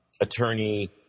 attorney